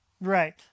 Right